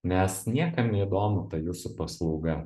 nes niekam neįdomu ta jūsų paslauga